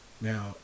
Now